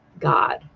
god